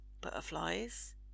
Butterflies